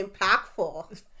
impactful